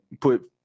put